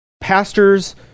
pastors